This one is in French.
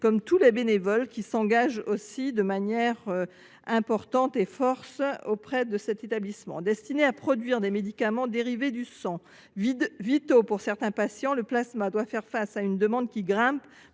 comme tous les bénévoles, qui s’engagent fortement dans cet établissement. Destiné à produire des médicaments dérivés du sang, vitaux pour certains patients, le plasma doit faire face à une demande qui grimpe